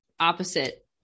opposite